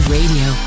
Radio